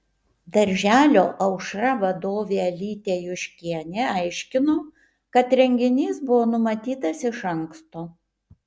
darželio aušra vadovė alytė juškienė aiškino kad renginys buvo numatytas iš anksto